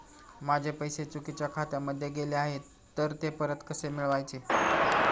माझे पैसे चुकीच्या खात्यामध्ये गेले आहेत तर ते परत कसे मिळवायचे?